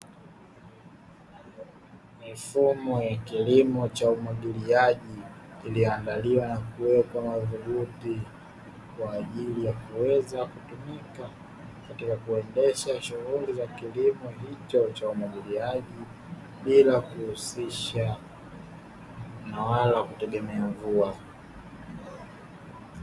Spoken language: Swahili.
Mifumo ya kilimo cha umwagiliaji, iliyoandaliwa na kuwekwa madhubuti kwa ajili ya kuweza kutumika katika kuendesha shughuli za kilimo hicho cha umwagiliaji, bila kuhusisha na wala kutegemea mvua.